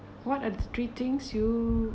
what are the three things you